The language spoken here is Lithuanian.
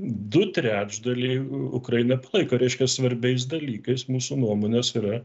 du trečdaliai ukraina laiko reiškia svarbiais dalykais mūsų nuomonės yra